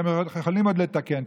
אתם יכולים עוד לתקן.